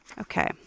Okay